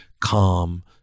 calm